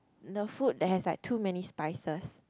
the food they have like too many spices